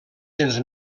cents